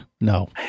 no